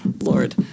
Lord